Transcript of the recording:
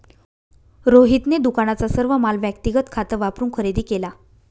रोहितने दुकानाचा सर्व माल व्यक्तिगत खात वापरून खरेदी केला